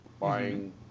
buying